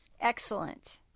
Excellent